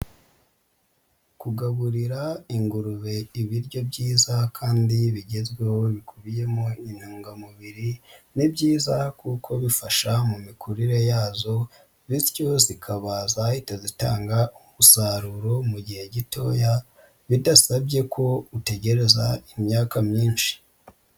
Kugaburira ingurube ibiryo byiza kandi bigezweho bikubiyemo intungamubiri, ni byiza kuko bifasha mu mikurire yazo bityo zikaba zahita zitanga umusaruro mu gihe gitoya bidasabye ko utegereza imyaka myinshi.